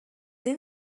این